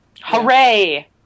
hooray